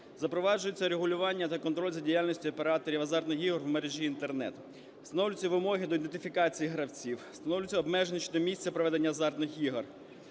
Запроваджується регулювання та контроль за діяльністю операторів азартних ігор в мережі Інтернет. Встановлюються вимоги до ідентифікації гравців. Встановлюються обмеження щодо місця проведення азартних ігор: